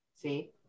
See